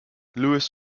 lewis